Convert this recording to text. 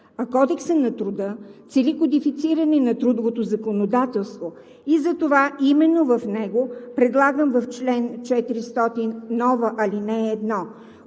Кодексът на труда цели кодифициране на трудовото законодателство и затова именно в него предлагам в чл. 400 нова ал. 1